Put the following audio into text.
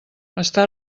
està